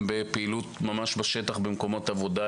בפעילות ממש בשטח, במקומות עבודה.